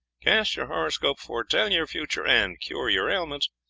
cast your horoscope, foretell your future, and cure your ailments,